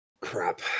Crap